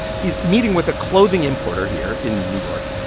he's meeting with a clothing importer here in new york,